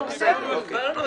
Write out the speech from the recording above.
הסברנו את זה.